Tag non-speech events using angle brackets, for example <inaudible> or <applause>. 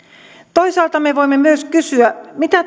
toisaalta me voimme myös kysyä mitä <unintelligible>